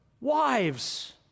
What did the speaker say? wives